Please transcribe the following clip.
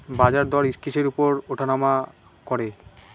বাজারদর কিসের উপর উঠানামা করে?